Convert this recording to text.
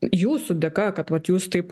jūsų dėka kad vat jūs taip